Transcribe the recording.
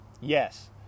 Yes